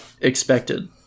expected